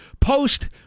post